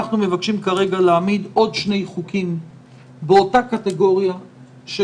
אנחנו מבקשים כרגע להעמיד עוד שני חוקים באותה קטגוריה של